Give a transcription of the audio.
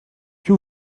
que